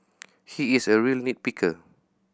he is a real nit picker